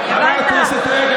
חברת הכנסת רגב,